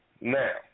Now